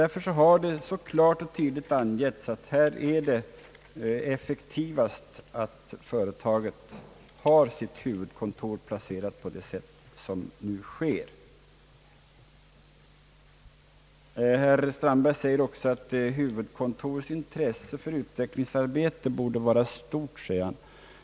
Därför har det klart och tydligt utsagts att det är effektivast att företaget har sitt huvudkontor placerat där det nu ligger. Herr Strandberg säger att huvudkontorets intresse för utvecklingsarbete borde vara en angelägen sak.